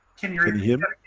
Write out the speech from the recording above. can you repeat